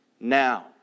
now